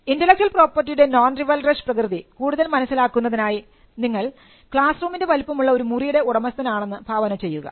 intellectual പ്രോപ്പർട്ടിയുടെ non rivalrous പ്രകൃതി കൂടുതൽ മനസ്സിലാക്കുന്നതിനായി നിങ്ങൾ ക്ലാസ് റൂമിൻറെ വലുപ്പമുള്ള ഒരു മുറിയുടെ ഉടമസ്ഥൻ ആണെന്ന് ഭാവന ചെയ്യുക